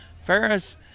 Ferris